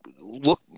look